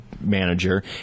manager